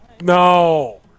No